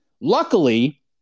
Luckily